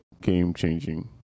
game-changing